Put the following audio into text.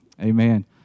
amen